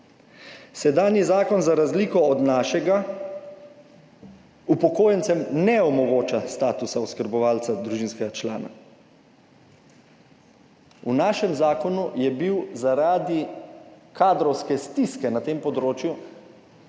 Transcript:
Sedanji zakon, za razliko od našega, upokojencem ne omogoča statusa oskrbovalca družinskega člana. V našem zakonu je bil zaradi kadrovske stiske na tem področju